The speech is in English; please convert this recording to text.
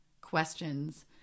questions